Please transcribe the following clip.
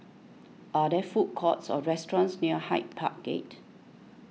are there food courts or restaurants near Hyde Park Gate